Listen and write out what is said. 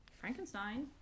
Frankenstein